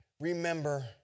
Remember